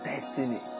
destiny